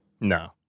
No